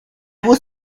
was